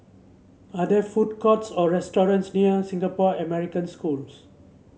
are there food courts or restaurants near Singapore American Schools